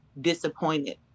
disappointed